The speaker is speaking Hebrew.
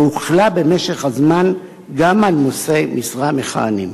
והוחלה במשך הזמן גם על נושאי משרה מכהנים.